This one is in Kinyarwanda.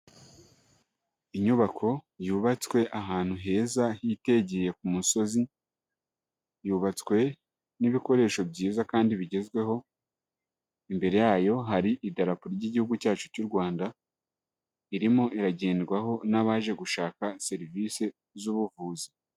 Inyubako yubatswe ahantu heza higeye ku musozi, yubatswe n'ibikoresho byiza kandi bigezweho, imbere yayo hari idarapo ry'igihugu cyacu cy'u Rwanda, irimo iragendwaho n'abaje gushaka serivisi z'ubuvuzi.